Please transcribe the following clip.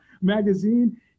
magazine